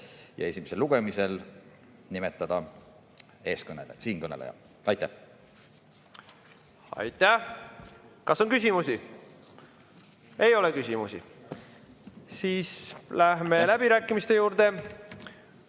ja esimesel lugemisel nimetada siinkõneleja. Aitäh! Aitäh! Kas on küsimusi? Ei ole küsimusi. Läheme läbirääkimiste juurde.